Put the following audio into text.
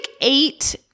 eight